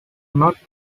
not